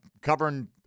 covering